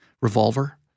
Revolver